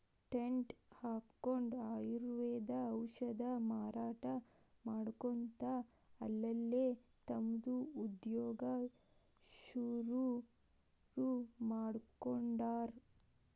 tent ಹಕ್ಕೊಂಡ್ ಆಯುರ್ವೇದ ಔಷಧ ಮಾರಾಟಾ ಮಾಡ್ಕೊತ ಅಲ್ಲಲ್ಲೇ ತಮ್ದ ಉದ್ಯೋಗಾ ಶುರುರುಮಾಡ್ಕೊಂಡಾರ್